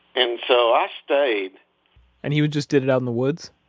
and so i stayed and he just did it out in the woods?